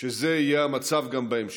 שזה יהיה המצב גם בהמשך.